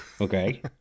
Okay